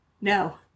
no